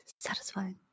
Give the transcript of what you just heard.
satisfying